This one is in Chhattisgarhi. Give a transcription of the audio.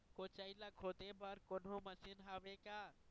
कोचई ला खोदे बर कोन्हो मशीन हावे का?